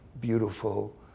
beautiful